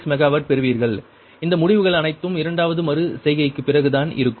6 megawatt பெறுவீர்கள் இந்த முடிவுகள் அனைத்தும் இரண்டாவது மறு செய்கைக்குப் பிறகுதான் இருக்கும்